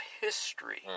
history